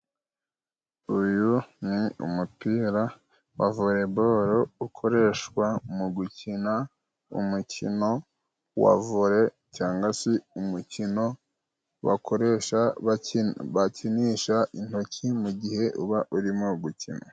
Uyuru ni umupira wa voreboro ukoreshwa mu gukina umukino wa vore cyanga se umukino bakoresha bakinisha intoki mu gihe uba urimo gukina.